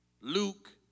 Luke